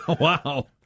Wow